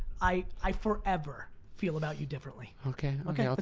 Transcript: i i forever feel about you differently. okay, okay,